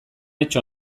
etxe